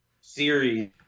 series